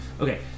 Okay